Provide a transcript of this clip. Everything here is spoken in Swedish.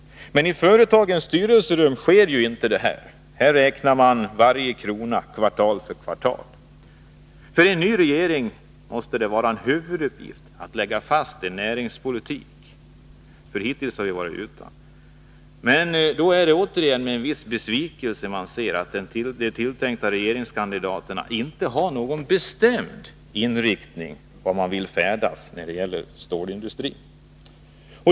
Men i företagens styrelserum sker inte detta. Där räknar man krona för För en ny regering måste det vara en huvuduppgift att lägga fast en näringspolitik, för hittills har vi varit utan en sådan. Men då är det med en viss besvikelse man ser att de tilltänkta regeringskandidaterna inte har någon bestämd viljeinriktning i fråga om stålindustrin.